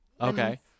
Okay